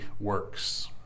works